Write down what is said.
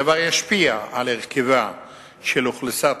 הדבר ישפיע על הרכבה של אוכלוסיית